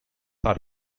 are